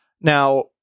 Now